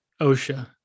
OSHA